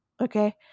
Okay